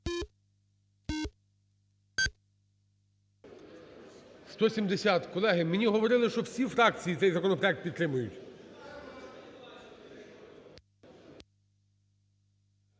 За-170 Колеги, мені говорили, що всі фракції цей законопроект підтримують.